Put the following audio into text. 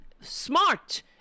smart